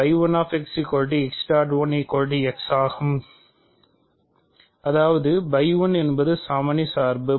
ஆகும் இது x சரியானது அதாவது என்பது சமணி சார்பு